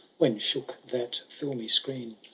when shook that filmy screen.